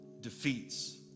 defeats